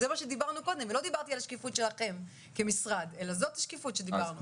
לא דברתי על שקיפות שלכם כמשרד אלא זו השקיפות שדברנו עליה.